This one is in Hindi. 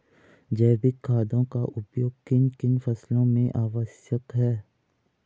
जैविक खादों का उपयोग किन किन फसलों में आवश्यक है?